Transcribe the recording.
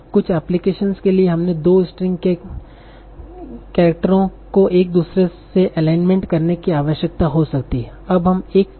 कुछ एप्लिकेशन के लिए हमें दो स्ट्रिंग के केरेक्टारो को एक दूसरे से एलाइनमेंट करने की आवश्यकता हो सकती है